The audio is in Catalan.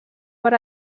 per